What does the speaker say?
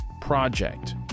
Project